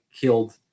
killed